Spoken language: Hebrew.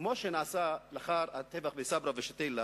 כמו שנעשה לאחר הטבח בסברה ושתילה,